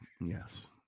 Yes